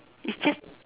it's just